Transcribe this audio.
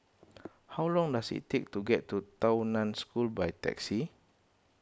how long does it take to get to Tao Nan School by taxi